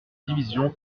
division